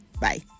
bye